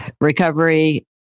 Recovery